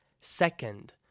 Second